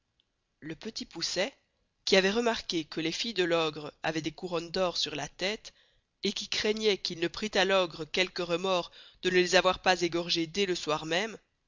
le petit poucet qui avoit remarqué que les filles de l'ogre avoient des couronnes d'or sur la teste et qui craignoit quil ne prit à l'ogre quelque remords de ne les avoir pas égorgés dés le soir même